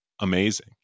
amazing